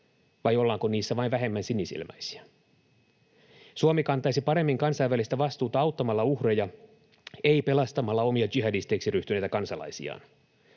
vai ollaanko niissä vain vähemmän sinisilmäisiä? Suomi kantaisi paremmin kansainvälistä vastuuta auttamalla uhreja, ei pelastamalla omia jihadisteiksi ryhtyneitä kansalaisiaan.